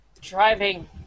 Driving